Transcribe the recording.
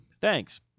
Thanks